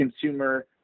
consumer